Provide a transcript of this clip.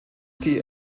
die